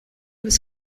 was